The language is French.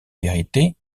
vérité